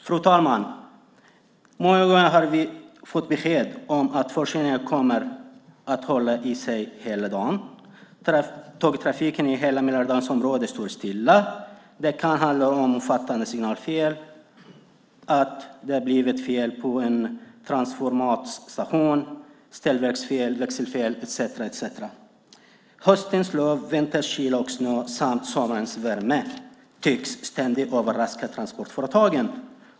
Fru talman! Många gånger har vi fått besked om att förseningarna kommer att hålla i sig hela dagen eller att tågtrafiken i hela Mälardalsområdet står stilla. Det kan handla om omfattande signalfel, fel på en transformatorstation, ställverksfel, växelfel etcetera. Höstens löv, vinterns kyla och snö samt sommarens värme tycks ständigt överraska transportföretagen.